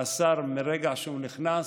והשר, מהרגע שהוא נכנס,